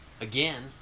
Again